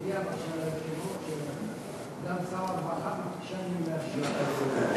תודיע בבקשה ליושב-ראש שגם שר הרווחה ביקשני להשיב.